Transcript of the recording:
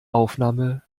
aufnahme